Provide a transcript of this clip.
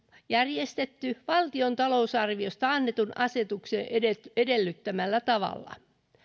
järjestetty valtion talousarviosta annetun asetuksen edellyttämällä tavalla